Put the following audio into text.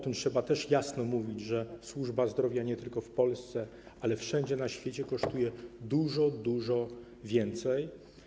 Trzeba też jasno mówić o tym, że służba zdrowia nie tylko w Polsce, ale i wszędzie na świecie kosztuje dużo, dużo więcej.